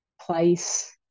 place